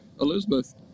Elizabeth